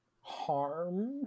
harm